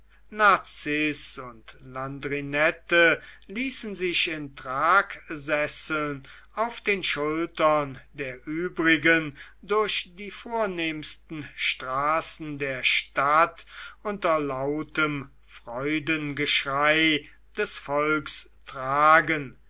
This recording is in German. narziß und landrinette ließen sich in tragsesseln auf den schultern der übrigen durch die vornehmsten straßen der stadt unter lautem freudengeschrei des volkes tragen